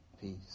peace